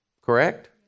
correct